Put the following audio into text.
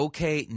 Okay